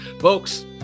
Folks